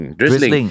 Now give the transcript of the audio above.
drizzling